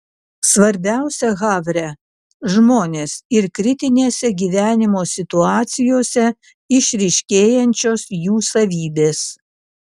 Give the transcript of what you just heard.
svarbiausia havre žmonės ir kritinėse gyvenimo situacijose išryškėjančios jų savybės